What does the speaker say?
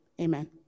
Amen